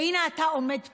והינה, אתה עומד פה,